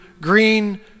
green